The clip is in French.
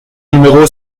numéro